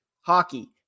hockey